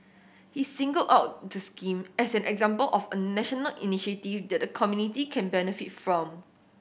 he singled out the scheme as an example of a national initiative that the community can benefit from